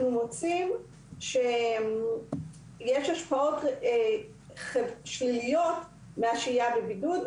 מוצאים שיש השפעות שליליות מהשהייה בבידוד.